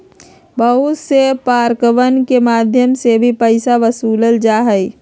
बहुत से पार्कवन के मध्यम से भी पैसा वसूल्ल जाहई